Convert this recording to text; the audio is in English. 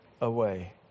away